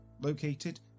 located